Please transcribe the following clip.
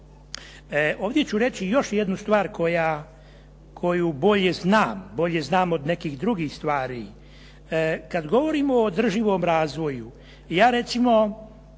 Ovdje ću reći još jednu stvar koju bolje znam, bolje znam od nekih drugih stvari. Kad govorimo o održivom razvoju ja recimo